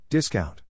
Discount